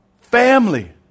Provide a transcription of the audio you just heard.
family